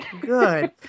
Good